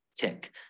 tick